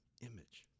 image